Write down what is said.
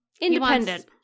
independent